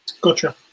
Gotcha